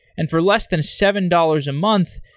and for less than seven dollars a month,